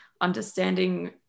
understanding